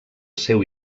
seu